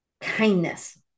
Kindness